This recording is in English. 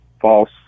false